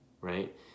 Right